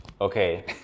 Okay